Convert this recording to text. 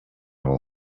will